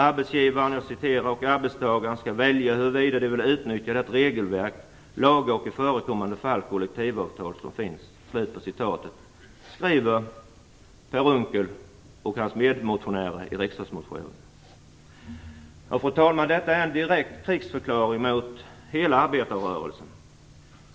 "Arbetsgivaren och arbetstagaren skall välja huruvida de vill utnyttja det regelverk - lagar och i förekommande fall kollektivavtal som finns" skriver Per Unckel och hans medmotionärer i riksdagsmotionen. Fru talman! Detta är en direkt krigsförklaring mot hela arbetarrörelsen.